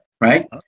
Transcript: right